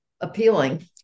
appealing